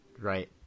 right